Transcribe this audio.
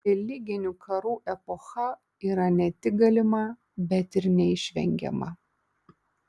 religinių karų epocha yra ne tik galima bet ir neišvengiama